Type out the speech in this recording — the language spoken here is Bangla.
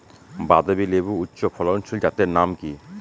বাতাবি লেবুর উচ্চ ফলনশীল জাতের নাম কি?